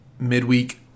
midweek